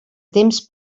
temps